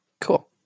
Cool